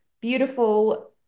beautiful